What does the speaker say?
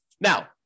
Now